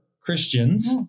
Christians